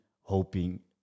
hoping